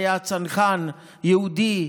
שהיה צנחן יהודי,